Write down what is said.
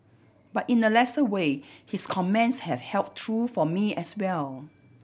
but in a lesser way his comments have held true for me as well